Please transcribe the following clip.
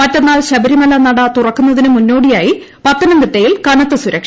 മറ്റന്നാൾ ശബരിമല നട തൂറിക്കൂന്നതിന് മൂന്നോടിയായി പത്തനംതിട്ടയിൽ കനത്ത് സുര്ക്ഷ